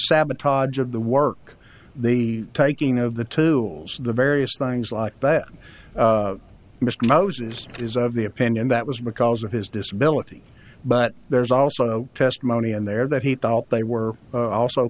sabotage of the work the taking of the tools and the various things like but mr moses is of the opinion that was because of his disability but there's also testimony in there that he thought they were also